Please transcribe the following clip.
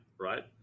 right